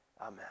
amen